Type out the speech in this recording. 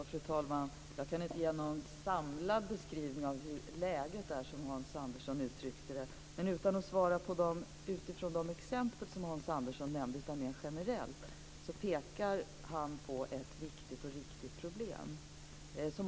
Fru talman! Jag kan inte ge någon samlad beskrivning av hur läget är, som Hans Andersson uttryckte det. Men utan att svara utifrån de exempel som han nämnde kan jag svara mer generellt. Hans Andersson pekar på ett viktigt och riktigt problem.